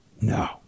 No